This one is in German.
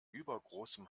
übergroßem